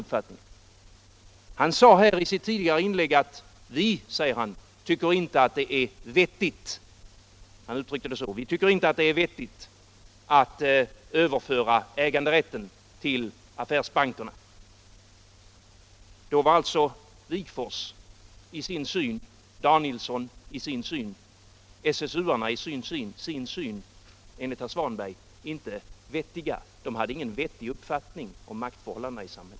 Herr Svanberg sade i sitt tidigare inlägg: Vi tycker inte att det är vettigt att till det allmänna överföra äganderätten till affärsbankerna. Då är alltså Wigforss i sin syn, Danielsson i sin syn och SSU:arna i sin syn enligt herr Svanberg inte vettiga. De har, enligt herr Svanberg, ingen vettig uppfattning om maktförhållandena i samhället!